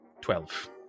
Twelve